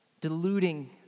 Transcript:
deluding